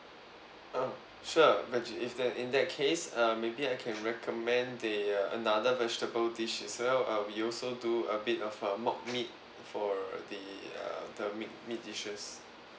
ah sure veggie if that in that case uh maybe I can recommend the err another vegetable dish as well uh we also do a bit of a mock meat for the uh the meat meat dishes